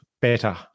better